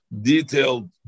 detailed